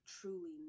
truly